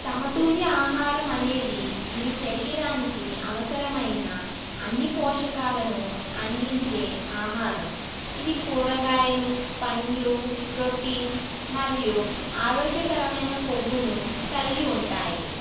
సమతుల్య ఆహారమనేది మీ శరీరానికి అవసరమైన అన్నీ పోషకాలను అందించే ఆహారం ఇది కూరగాయలు పండ్లు ప్రోటీన్ మరియు ఆరోగ్యకరమైన కొవ్వును కలిగి ఉంటాయి